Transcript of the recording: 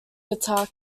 guitar